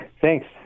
Thanks